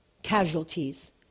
casualties